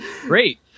Great